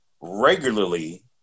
regularly